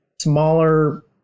smaller